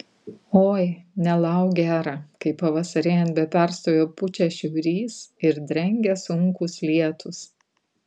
oi nelauk gera kai pavasarėjant be perstojo pučia šiaurys ir drengia sunkūs lietūs